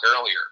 earlier